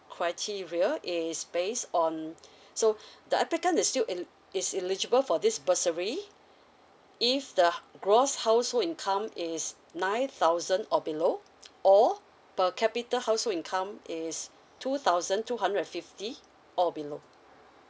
criteria is based on so the applicant is still eli~ is eligible for this bursary if the gross household income is nine thousand or below or per capita household income is two thousand two hundred and fifty or below